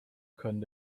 können